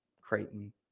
Creighton